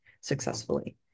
successfully